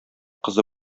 кызы